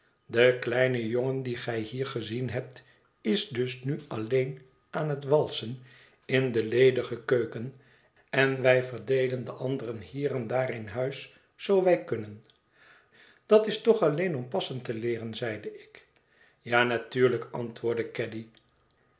de kleine jongen dien gij hier gezien hebt is dus nu alleen aan het walsen in de ledige keuken en wij verdeelen de anderen hier en daar in huis zoo wij kunnen dat is toch alleen om passen te leeren zeide ik ja natuurlijk antwoordde